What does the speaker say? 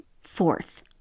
Fourth